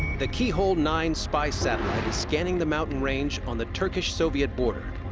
the keyhole nine spy-satellite is scanning the mountain range on the turkish-soviet border,